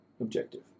objective